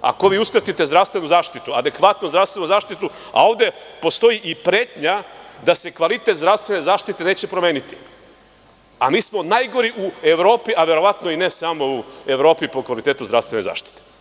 ako vi uskratite zdravstvenu zaštitu, adekvatnu zdravstvenu zaštitu, a ovde postoji i pretnja da se kvalitet zdravstvene zaštite neće promeniti, a mi smo najgori u Evropi, a verovatno i ne samo u Evropi po kvalitetu zdravstvene zaštite.